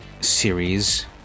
series